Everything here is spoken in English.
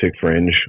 fringe